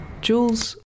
Jules